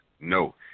No